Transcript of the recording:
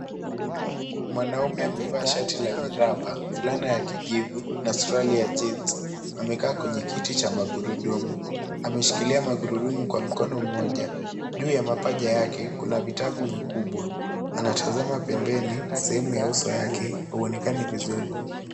Mwanaume amevaa shati la miraba, fulana ya kijivu na suruali ya jeans . Amekaa kwenye kiti cha magurudumu. Ameshikilia magurudumu kwa mkono mmoja. Juu ya mapaja yake kuna vitabu vikubwa, anatazama pempeni sehemu ya uso wake huonekani vizuri.